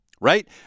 right